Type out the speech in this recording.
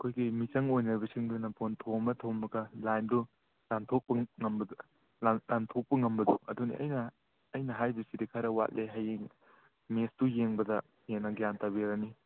ꯑꯩꯈꯣꯏꯒꯤ ꯃꯤꯆꯪ ꯑꯣꯏꯅꯕꯁꯤꯡꯗꯨꯅ ꯕꯣꯜ ꯊꯣꯝꯃ ꯊꯣꯝꯃꯒ ꯂꯥꯏꯟꯗꯨ ꯂꯥꯟꯊꯣꯛꯄ ꯉꯝꯕꯗꯣ ꯂꯥꯟꯊꯣꯛꯄ ꯉꯝꯕꯗꯣ ꯑꯗꯨꯅꯤ ꯑꯩꯅ ꯑꯩꯅ ꯍꯥꯏꯔꯤꯕꯁꯤꯗꯤ ꯈꯔ ꯋꯥꯠꯂꯦ ꯍꯌꯦꯡ ꯃꯦꯠꯁꯇꯨ ꯌꯦꯡꯕꯗ ꯍꯦꯟꯅ ꯒ꯭ꯌꯥꯟ ꯇꯥꯕꯤꯔꯅꯤ